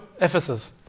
Ephesus